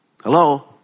Hello